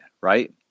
Right